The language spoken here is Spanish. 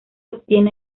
obtiene